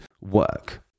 work